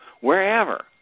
wherever